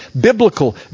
biblical